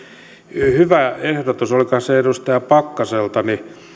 hyvä ehdotus olikohan se edustaja pakkaselta